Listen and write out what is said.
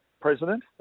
president